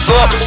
up